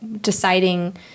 deciding